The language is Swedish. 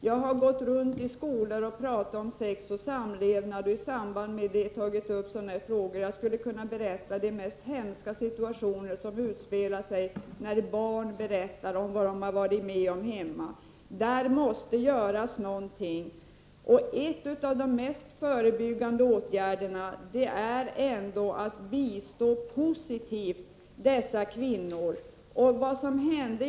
Jag har gått runt i skolor och talat om sex och samlevnad och i samband med detta tagit upp denna typ av frågor, och jag skulle kunna berätta de mest hemska situationer som utspelar sig när barn berättar vad de har varit med om hemma. Något måste därför göras i detta sammanhang. En av de bästa förebyggande åtgärderna är att bistå dessa kvinnor på ett positivt sätt.